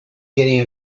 getting